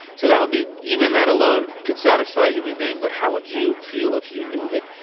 so that would be. even that alone can satisfy a human being. but how would you feel if you knew that